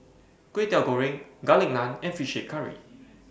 Kway Teow Goreng Garlic Naan and Fish Head Curry